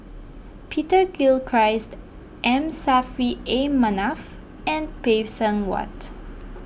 Peter Gilchrist M Saffri A Manaf and Phay Seng Whatt